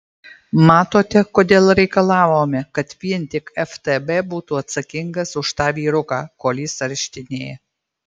matote kodėl reikalavome kad vien tik ftb būtų atsakingas už tą vyruką kol jis areštinėje